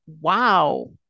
Wow